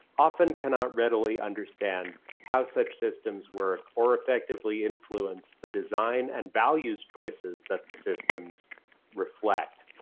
often cannot readily understand how such systems work or effectively influence the design and values choices that the systems reflect.